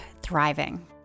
thriving